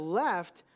left